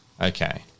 Okay